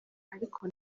ariko